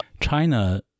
China